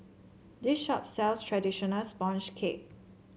this shop sells traditional sponge cake